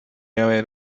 haber